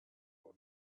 were